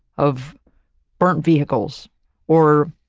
of burnt vehicles or,